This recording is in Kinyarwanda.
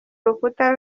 rukuta